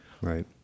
Right